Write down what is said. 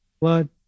blood